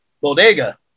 bodega